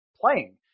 playing